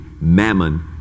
mammon